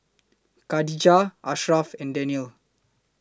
Khadija Ashraff and Daniel